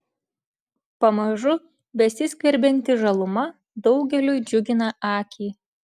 pamažu besiskverbianti žaluma daugeliui džiugina akį